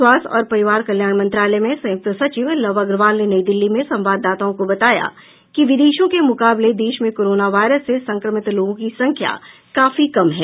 स्वास्थ्य और परिवार कल्याण मंत्रालय में संयुक्त सचिव लव अग्रवाल ने नई दिल्ली में संवाददाताओं को बताया कि विदेशों के मुकाबले देश में कोरोना वायरस से संक्रमित लोगों की संख्या काफी कम है